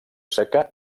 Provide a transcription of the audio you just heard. seca